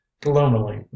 Gloomily